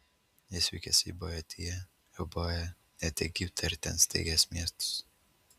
jis vykęs į bojotiją euboją net egiptą ir ten steigęs miestus